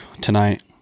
Tonight